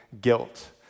guilt